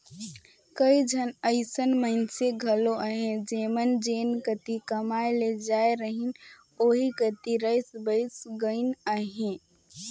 कइयो झन अइसन मइनसे घलो अहें जेमन जेन कती कमाए ले जाए रहिन ओही कती रइच बइस गइन अहें